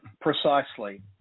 precisely